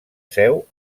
seu